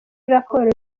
raporo